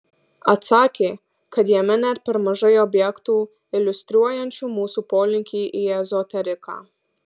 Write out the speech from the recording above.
atsakė kad jame net per mažai objektų iliustruojančių mūsų polinkį į ezoteriką